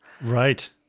Right